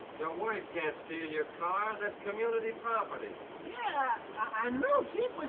your wife can't steal your car, that's community property, yeah, i know chief,